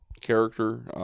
character